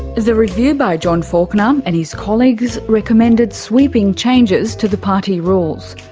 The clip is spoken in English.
the review by john faulkner and his colleagues recommended sweeping changes to the party rules.